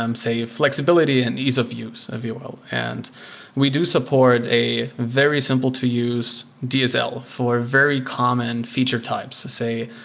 um say, flexibility and ease of use, if you will. and we do support a very simple to use dsl for very common feature types. say,